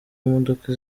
imodoka